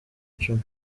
icumi